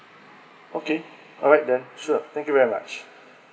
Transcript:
okay alright then sure thank you very much